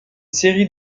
série